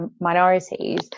minorities